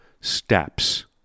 steps